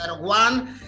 one